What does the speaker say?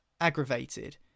aggravated